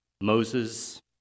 Moses